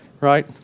right